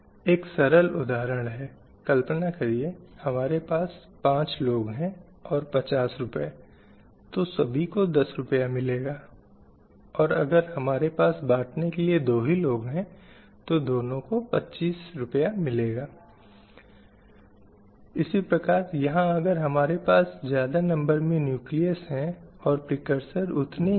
उसने जो भी किया उसे आधारहीन करने अपना मन बहलाने और उसके दिमाग को ग़ुलाम बनाने के लिए किया है अब वह बर्बाद हो चुके अवशेष पर विजयी रूप से देखता है और कहता है कि वह जो धूल से सना हुआ है वह हीन है